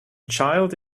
child